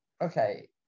Okay